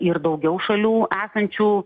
ir daugiau šalių esančių